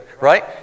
right